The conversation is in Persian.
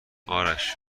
آرش